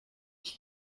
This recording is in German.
ich